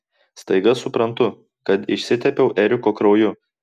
staiga suprantu kad išsitepiau eriko krauju